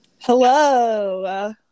hello